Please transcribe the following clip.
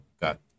got